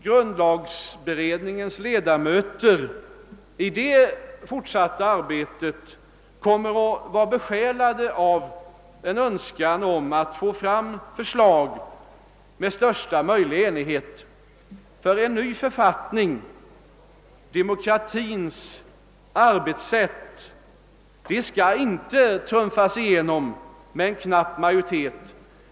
Grundlagberedningens ledamöter kommer säkerligen i det fortsatta arbetet att vara besjälade av en önskan om att få fram förslag under största möjliga enighet. En ny författning som reglerar demokratins arbetssätt skall inte trumfas igenom med en knapp majoritet.